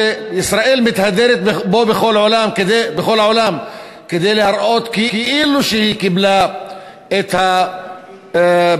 שישראל מתהדרת בו בכל העולם כדי להראות שהיא כאילו קיבלה את הפתרון